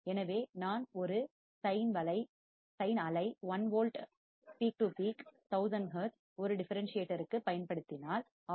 எனவே நான் ஒரு சைன் அலை 1 வோல்ட் உச்சநிலை முதல் உச்சம் வரை பீக் டு பீக் 1000 ஹெர்ட்ஸ் ஒரு டிஃபரன்ஸ் சியேட்டருக்கு பயன்படுத்தினால் ஆர்